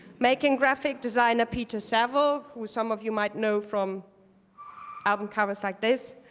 making graphic designer peter saville, who some of you might know from album covers like this,